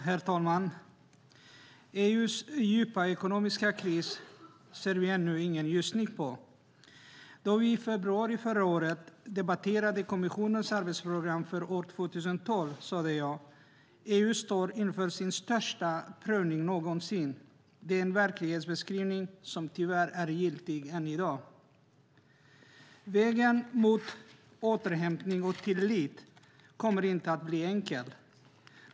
Herr talman! Vi ser ännu ingen ljusning på EU:s djupa ekonomiska kris. Då vi i februari förra året debatterade kommissionens arbetsprogram för år 2012 sade jag att EU står inför sin största prövning någonsin. Det är en verklighetsbeskrivning som tyvärr är giltig än i dag. Vägen mot återhämtning och tillit kommer inte att bli enkel.